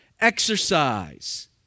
exercise